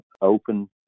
open